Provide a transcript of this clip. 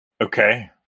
Okay